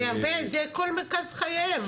זה כל מרכז חייהם,